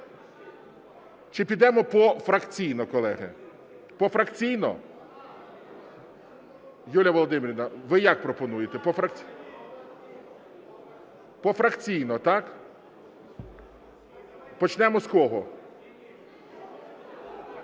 Чи підемо пофракційно, колеги? Пофракційно? Юлія Володимирівна, ви як пропонуєте? Пофракційно, так? Почнемо з кого?